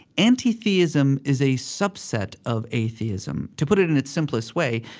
anti-theism is a subset of atheism. to put it in its simplest way,